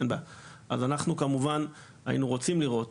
אנחנו כמובן היינו רוצים לראות